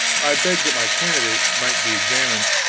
i begged that my candidate might be examined.